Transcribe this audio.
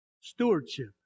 stewardship